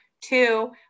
two